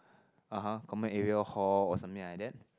(uh huh) common area hall or something like that